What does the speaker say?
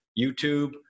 YouTube